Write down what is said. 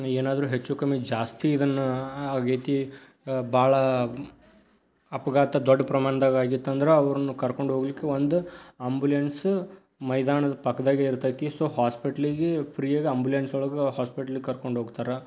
ಏನಾದ್ರೂ ಹೆಚ್ಚು ಕಮ್ಮಿ ಜಾಸ್ತಿ ಇದನ್ನು ಆಗೈತಿ ಭಾಳ ಅಪಘಾತ ದೊಡ್ಡ ಪ್ರಮಾಣ್ದಾಗೆ ಆಗಿತ್ತಂದ್ರೆ ಅವ್ರ್ನ ಕರ್ಕೊಂಡು ಹೋಗ್ಲಿಕ್ಕೆ ಒಂದು ಅಂಬುಲೆನ್ಸು ಮೈದಾನದ ಪಕ್ಕದಾಗೆ ಇರ್ತೈತಿ ಸೊ ಹಾಸ್ಪಿಟ್ಲಿಗೆ ಫ್ರೀಯಾಗಿ ಅಂಬುಲೆನ್ಸೊಳಗೆ ಹಾಸ್ಪಿಟ್ಲಿಗೆ ಕರ್ಕೊಂಡೋಗ್ತಾರೆ